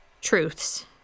truths